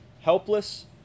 helpless